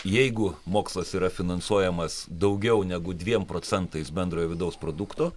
jeigu mokslas yra finansuojamas daugiau negu dviem procentais bendrojo vidaus produkto